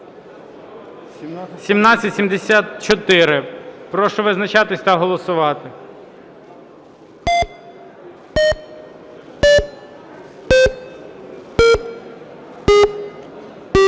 1774. Прошу визначатись та голосувати.